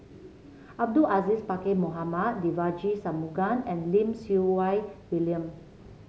Abdul Aziz Pakkeer Mohamed Devagi Sanmugam and Lim Siew Wai William